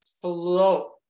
flow